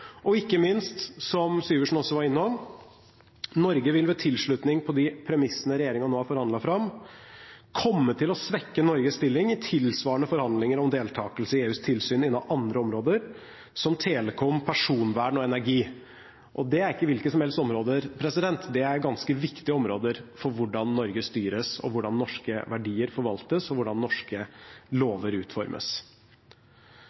standpunkt. Ikke minst, som Syversen også var innom, vil Norge med tilslutning på de premissene som regjeringen nå har forhandlet fram, komme til å svekke Norges stilling i tilsvarende forhandlinger om deltakelse i EUs tilsyn innen andre områder, som telekom, personvern og energi. Og det er ikke hvilke som helst områder, det er ganske viktige områder for hvordan Norge styres, hvordan norske verdier forvaltes, og hvordan norske